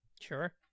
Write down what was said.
Sure